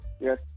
Yes